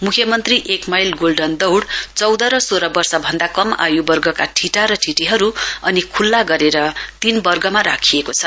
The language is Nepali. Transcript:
मुख्यमन्त्री एक माइल गोल्डन दौइ चौंध र सोह वर्षभन्दा कम आय्वर्गका ठिटा र ठिटीहरू अनि ख्ल्ला गरेर तीन वर्गमा राखिएको छ